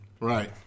Right